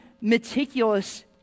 meticulous